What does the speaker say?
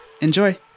Enjoy